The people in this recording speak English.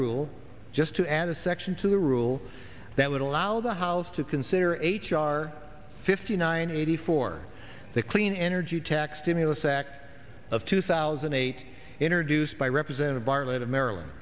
rule just to add a section to the rule that would allow the house to consider h r fifty nine eighty four the clean energy tax stimulus act of two thousand and eight in urdu spy represented barletta maryland